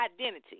identity